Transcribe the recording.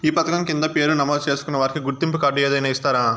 ఈ పథకం కింద పేరు నమోదు చేసుకున్న వారికి గుర్తింపు కార్డు ఏదైనా ఇస్తారా?